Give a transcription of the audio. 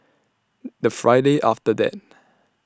The Friday after that